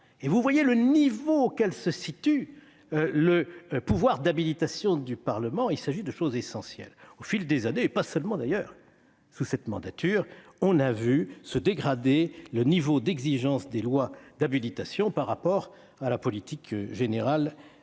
». Vous voyez le niveau auquel se situe le pouvoir d'habilitation du Parlement : il s'agit de choses essentielles. Au fil des années, et pas seulement d'ailleurs sous cette mandature, on a vu se dégrader le niveau d'exigence des lois d'habilitation au regard de la politique générale